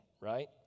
right